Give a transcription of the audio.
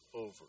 over